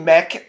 Mac